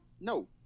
No